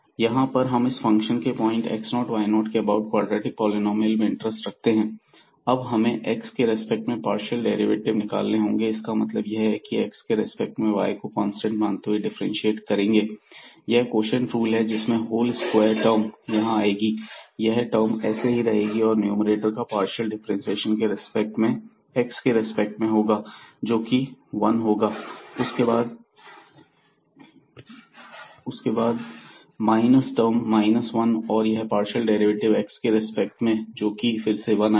यहां पर हम इस फंक्शन के पॉइंट x 0 y 0 के अबाउट क्वाड्रेटिक पॉलिनॉमियल में इंटरेस्ट रखते हैं अब हमें x के रेस्पेक्ट में पार्शियल डेरिवेटिव निकालने होंगे इसका मतलब यह है कि हम x के रेस्पेक्ट में y को कांस्टेंट मानते हुए डिफरेंटशिएट करेंगे यह कोशिएंट रूल है जिसमें होल स्क्वायर टर्म यहां आएगी यह टर्म ऐसे ही रहेगी और न्यूमैरेटर का पार्शियल डिफरेंटशिएशन x के रेस्पेक्ट में होगा जो कि 1 होगा उसके बाद माइनस टर्म माइनस वन और यह पार्शियल डेरिवेटिव x के रेस्पेक्ट में जो कि फिर से 1 आएगा